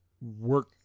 work